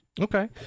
Okay